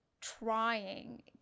trying